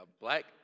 Black